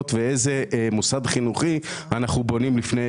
בלי הבנה שזה הולך נגד כל מה שמשרד החינוך לדורותיו ניסה לעשות,